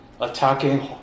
attacking